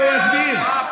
תן לי להסביר מה קרה,